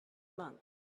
monk